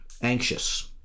anxious